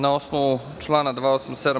Na osnovu člana 287.